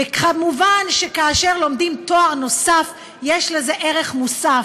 ומובן שכאשר לומדים תואר נוסף יש לזה ערך מוסף,